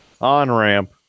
On-ramp